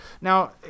now